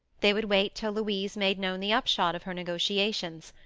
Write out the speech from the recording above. they would wait till louise made known the upshot of her negotiations.